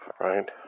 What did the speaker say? right